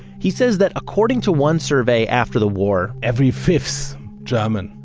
he says that according to one survey after the war every fifth german,